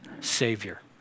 savior